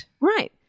Right